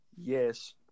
yes